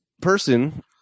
person